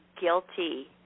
guilty